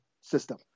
system